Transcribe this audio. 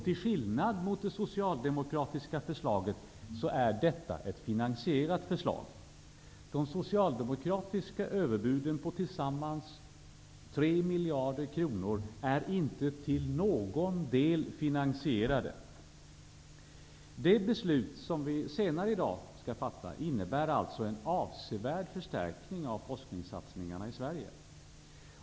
Till skillnad mot det socialdemokratiska förslaget är detta ett finansierat förslag. De socialdemokratiska överbuden på tillsammans 3 miljarder kronor är inte till någon del finansierade. Det beslut som vi senare i dag skall fatta innebär alltså en avsevärd förstärkning av forskningssatsningarna i Sverige.